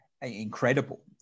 incredible